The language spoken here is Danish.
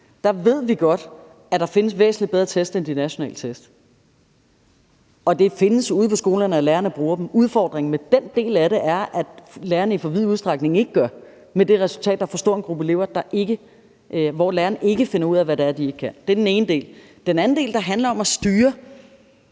Der ved vi godt, at der findes væsentlig bedre test end de nationale test, og de findes ude på skolerne, og lærerne bruger dem. Udfordringen med den del af det er, at lærerne i for vid udstrækning ikke gør det – med det resultat, at der er for stor en gruppe elever, hvor læreren ikke finder ud af, hvad de ikke kan. Det er den ene del. Den anden del handler om at styre,